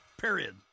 period